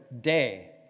day